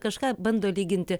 kažką bando lyginti